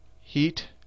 heat